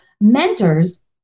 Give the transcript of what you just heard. mentors